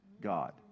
God